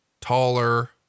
taller